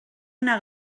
una